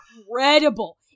incredible